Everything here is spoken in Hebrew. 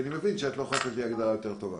אני מבין שאת לא יכולה לתת לי הגדרה יותר טובה.